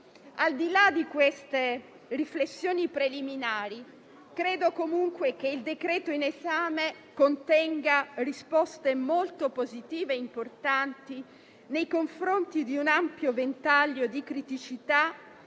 Al di là di queste riflessioni preliminari, credo comunque che il decreto-legge in esame contenga risposte molto positive e importanti nei confronti di un ampio ventaglio di criticità